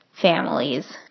families